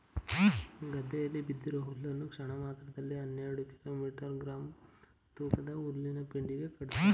ಗದ್ದೆಯಲ್ಲಿ ಬಿದ್ದಿರೋ ಹುಲ್ನ ಕ್ಷಣಮಾತ್ರದಲ್ಲಿ ಹನ್ನೆರೆಡು ಕಿಲೋ ಗ್ರಾಂ ತೂಕದ ಹುಲ್ಲಿನಪೆಂಡಿ ಕಟ್ತದೆ